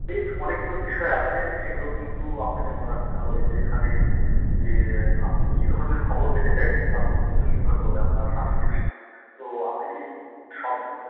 এর অনেকগুলো বিষয় আছে সেগুলো কিন্তু আপনাকে মনে রাখতে হবে যে এখানে যে আপনি কি ধরনের খবর পেতে চাইছেন তার ওপর কিন্তু নির্ভর করবে আপনার সাবস্ক্রিপশান তো আপনি কি সবগুলো